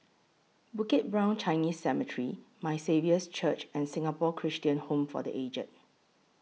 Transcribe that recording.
Bukit Brown Chinese Cemetery My Saviour's Church and Singapore Christian Home For The Aged